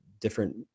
different